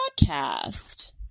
podcast